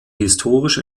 historisch